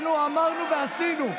אנחנו אמרנו ועשינו.